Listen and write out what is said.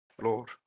lord